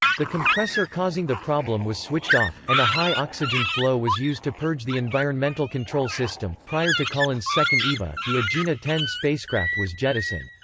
the compressor causing the problem was switched off, and a high oxygen flow was used to purge the environmental control system prior to collins' second eva, the agena ten spacecraft was jettisoned.